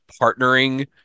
partnering